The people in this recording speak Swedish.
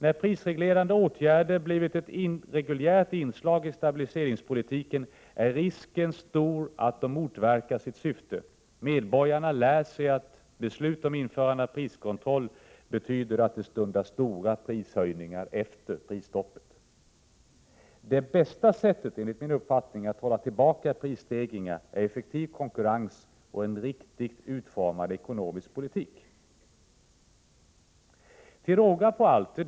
När prisreglerande åtgärder blivit ett reguljärt inslag i stabiliseringspolitiken är risken stor att de motverkar sitt syfte. Medborgarna lär sig att beslut om införande av priskontroll betyder att det stundar stora prishöjningar efter prisstoppet. Det enligt min uppfattning bästa sättet att hålla tillbaka prisstegringarna är effektiv konkurrens och en riktigt utformad ekonomisk politik.